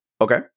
Okay